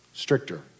stricter